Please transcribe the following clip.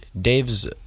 dave's